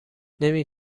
نمی